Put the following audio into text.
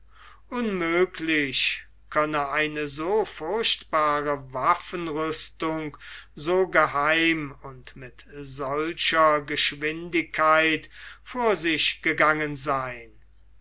unmöglich könne eine so furchtbare waffenrüstung so geheim und mit solcher geschwindigkeit vor sich gegangen sein